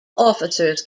officers